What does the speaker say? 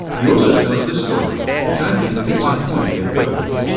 he also tells this story, which i think, fits our point here perfectly